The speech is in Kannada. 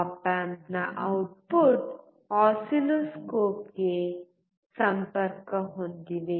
ಆಪ್ ಆಂಪ್ನ ಔಟ್ಪುಟ್ ಆಸಿಲ್ಲೋಸ್ಕೋಪ್ಗೆ ಸಂಪರ್ಕ ಹೊಂದಿದೆ